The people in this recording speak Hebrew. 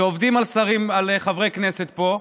שעובדים על חברי כנסת פה.